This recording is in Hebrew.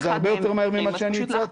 זה הרבה יותר ממה שאני הצעתי.